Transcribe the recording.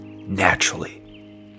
naturally